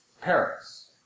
Paris